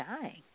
dying